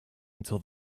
until